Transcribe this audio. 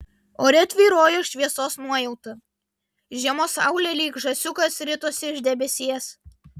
ore tvyrojo šviesos nuojauta žiemos saulė lyg žąsiukas ritosi iš debesies